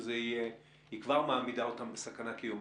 כבר מעמידה אותם בסכנה קיומית.